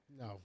No